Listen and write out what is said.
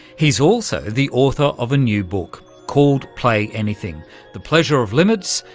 he's also the author of a new book called play anything the pleasure of limits,